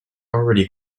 already